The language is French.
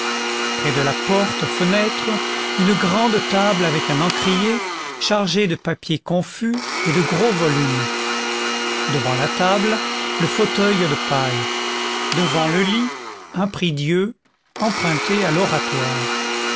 près de la porte-fenêtre une grande table avec un encrier chargée de papiers confus et de gros volumes devant la table le fauteuil de paille devant le lit un prie-dieu emprunté à l'oratoire